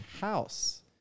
house